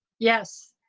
yes.